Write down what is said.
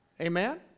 Amen